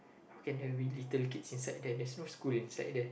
how can there be little kids inside there there's no school inside there